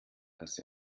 dass